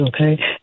okay